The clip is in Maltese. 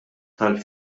talb